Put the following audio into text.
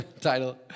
title